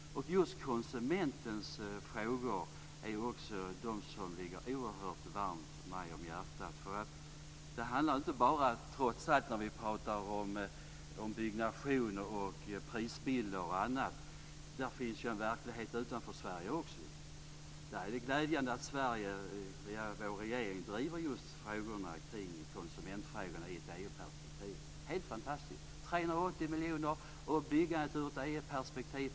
Just konsumentfrågorna ligger mig oerhört varmt om hjärtat. Vi pratar om byggnationer, prisbilder och annat, men det finns ju en verklighet utanför Sverige också. Där är det glädjande att Sverige, vår regering, driver just konsumentfrågorna i ett EU-perspektiv. Det är helt fantastiskt. Det är 380 miljoner människor det gäller om man tar upp byggandet ur ett EU perspektiv.